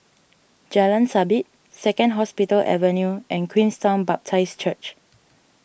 Jalan Sabit Second Hospital Avenue and Queenstown Baptist Church